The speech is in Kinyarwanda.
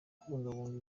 kubungabunga